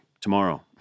tomorrow